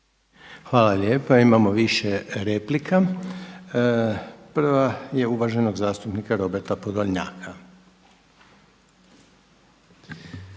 Hvala lijepa. Imamo više replika. Prava je uvaženog zastupnika Roberta Podolnjaka.